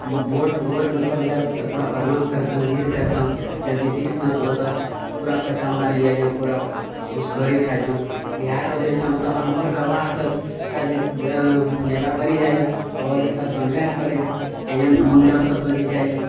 vote vote मतलब लै वास्ते पूरा प्रणाम करतऽ जिद्द करतऽ जब जीति जेतऽ तबो तऽ पूरा पैसा मारि लै हइ पूरा घुसखोरी खाइ हइ बिहार आओर जे छऽ मतलब अनपढ़ गँवार सबटा जे नेता बनि जाइ हइ पढ़ल लिखल बनबे नहि करै हइ गुण्डा सब बनि जाइ हइ